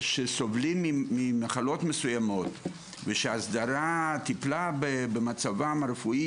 שסובלים ממחלות מסוימות ושההסדרה במצבם הרפואי,